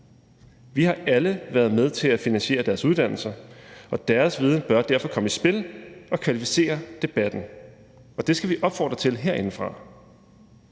Vi har alle været med til at finansiere deres uddannelser, og deres viden bør derfor komme i spil og kvalificere debatten – og det skal vi opfordre til herindefra.